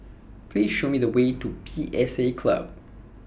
Please Show Me The Way to P S A Club